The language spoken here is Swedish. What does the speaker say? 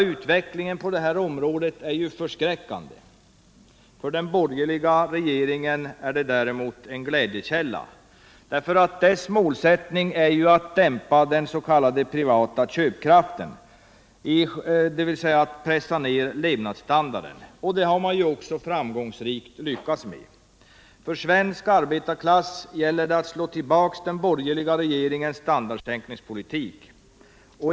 Utvecklingen på det här området är förskräckande. För den borgerliga regeringen är den däremot en glädjekälla. Dess målsättning är att dimpa den privata köpkraften. Dvs. att pressa ner levnadsstandarden. Det har man också framgångsrikt lyckats med. För svensk arbetarklass gäller det att slå tillbaka den borgerliga regeringens standardsänkningspolitik.